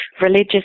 religious